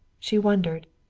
she wondered.